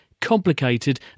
complicated